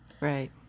Right